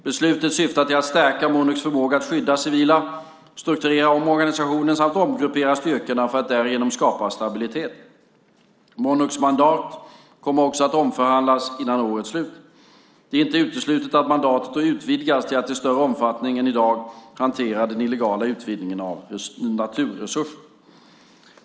Beslutet syftar till att stärka Monucs förmåga att skydda civila, strukturera om organisationen samt omgruppera styrkorna för att därigenom skapa stabilitet. Monucs mandat kommer också att omförhandlas innan årets slut. Det är inte uteslutet att mandatet då utvidgas till att i större omfattning än i dag hantera den illegala utvinningen av naturresurser.